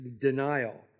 denial